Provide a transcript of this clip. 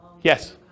Yes